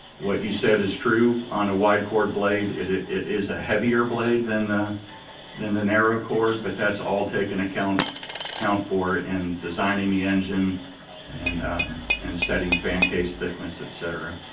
what you said is true, on a wide chord blade it it is a heavier blade than the than the narrow chord, but that's all taken account account for in designing the engine and and setting fan case thickness, et cetera.